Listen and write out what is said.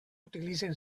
utilitzen